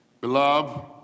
Beloved